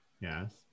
Yes